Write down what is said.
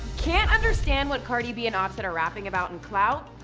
can't understand what cardi b and offset are rapping about in clout?